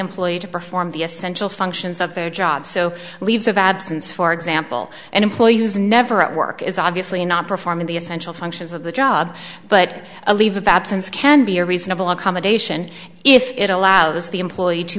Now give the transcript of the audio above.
employee to perform the essential functions of their job so leaves of absence for example an employee who's never at work is obviously not performing the essential functions of the job but a leave of absence can be a reasonable accommodation if it allows the employee to